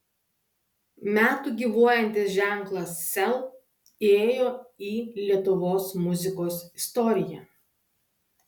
metų gyvuojantis ženklas sel įėjo į lietuvos muzikos istoriją